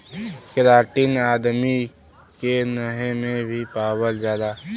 keratin आदमी के नहे में भी पावल जाला